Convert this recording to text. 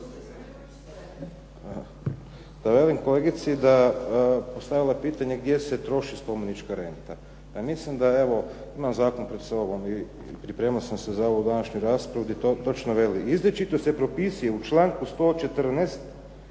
da velim kolegici da je postavila pitanje gdje se troši spomenička renta? Pa mislim da evo, imam zakon pred sobom i pripremao sam se za ovu današnju raspravu gdje točno veli. Izričito se propisuje u članku 114.